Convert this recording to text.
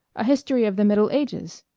a history of the middle ages.